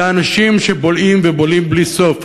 זה אנשים שבולעים ובולעים בלי סוף.